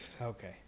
Okay